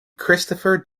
christopher